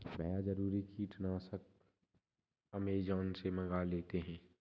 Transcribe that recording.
भैया जरूरी कीटनाशक अमेजॉन से मंगा लेते हैं